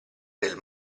del